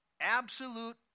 absolute